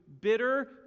bitter